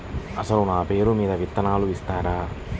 అసలు నా పేరు మీద విత్తనాలు ఇస్తారా?